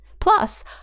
Plus